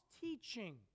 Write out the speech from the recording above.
teaching